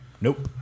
Nope